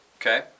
Okay